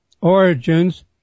origins